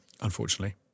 unfortunately